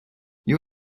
you